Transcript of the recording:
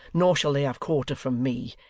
nor shall they have quarter from me,